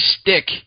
stick